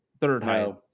Third-highest